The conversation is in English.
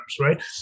right